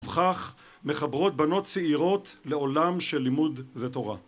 ובכך מחברות בנות צעירות לעולם של לימוד ותורה.